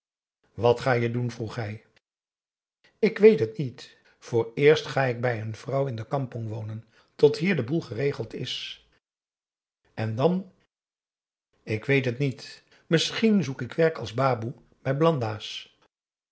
wat ga je doen vroeg hij ik weet het niet vooreerst ga ik bij een vrouw in de kampong wonen tot hier den boel geregeld is en dan ik weet het niet misschien zoek ik werk als baboe bij